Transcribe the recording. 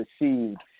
received